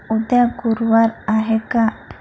उद्या गुरुवार आहे का